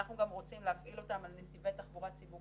אנחנו גם רוצים להפעיל אותם על נתיבי תחבורה ציבורית